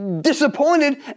disappointed